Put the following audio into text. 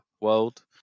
world